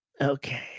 okay